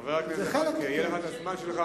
חבר הכנסת זחאלקה, יהיה לך הזמן שלך.